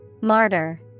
Martyr